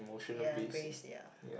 ya base ya